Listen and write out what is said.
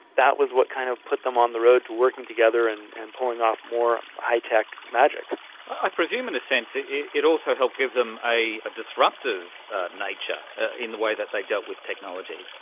that was what kind of put them on the road to working together and and pulling off more high-tech magic. i presume in a sense it yeah it also helped give them a disruptive nature in the way that they dealt with technology,